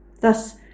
Thus